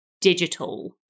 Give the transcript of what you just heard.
digital